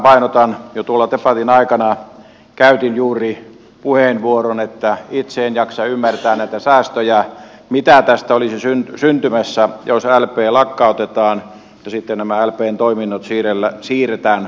jo tuolla debatin aikana käytin juuri puheenvuoron että itse en jaksa ymmärtää näitä säästöjä mitä tästä olisi syntymässä jos lp lakkautetaan ja sitten nämä lpn toiminnot siirretään paikallispoliisille